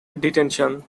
detention